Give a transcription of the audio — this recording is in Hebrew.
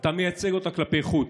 אתה מייצג אותה כלפי חוץ,